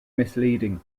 misleading